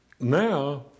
now